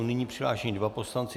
Nyní jsou přihlášení dva poslanci.